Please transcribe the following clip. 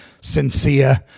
sincere